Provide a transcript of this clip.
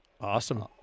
awesome